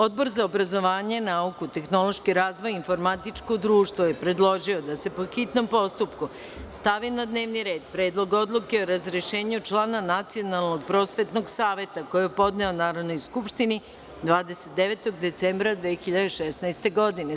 Odbor za obrazovanje, nauku, tehnološki razvoj i informatičko društvo je predložio da se, po hitnom postupku, stavi na dnevni red Predlog odluke o razrešenju člana Nacionalnog prosvetnog saveta, koji je podneo Narodnoj skupštini 29. decembra 2016. godine.